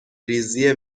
ریزی